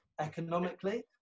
economically